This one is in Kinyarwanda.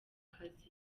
kazi